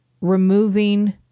removing